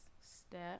step